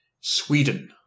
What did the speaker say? Sweden